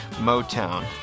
Motown